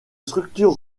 structure